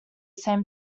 same